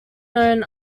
known